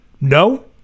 No